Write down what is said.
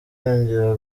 yongera